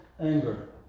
anger